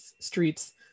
streets